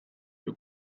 you